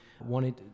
wanted